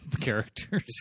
characters